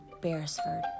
Beresford